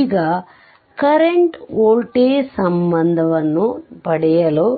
ಈಗ current voltage ಸಂಬಂಧವನ್ನು ಪಡೆಯಲು